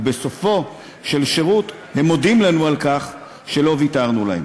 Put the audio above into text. ובסופו של שירות הם מודים לנו על כך שלא ויתרנו להם.